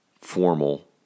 formal